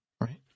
right